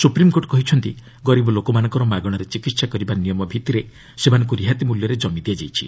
supreme court କହିଛନ୍ତି ଗରିବ ଲୋକମାନଙ୍କର ମାଗଶାରେ ଚିକିତ୍ସା କରିବା ନିୟମ ଭିତ୍ତିରେ ସେମାନଙ୍କୁ ରିହାତି ମୂଲ୍ୟରେ କମି ଦିଆଯାଇଛି